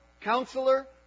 counselor